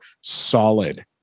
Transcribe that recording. solid